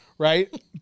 Right